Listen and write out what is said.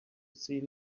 see